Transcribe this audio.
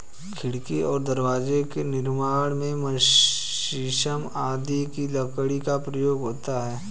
खिड़की और दरवाजे के निर्माण में शीशम आदि की लकड़ी का प्रयोग होता है